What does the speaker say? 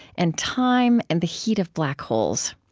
and time and the heat of black holes.